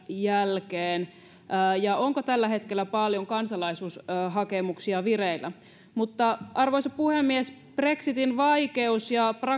jälkeen onko tällä hetkellä paljon kansalaisuushakemuksia vireillä arvoisa puhemies brexitin vaikeus ja